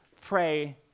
pray